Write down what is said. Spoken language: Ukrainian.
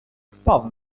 впав